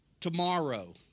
tomorrow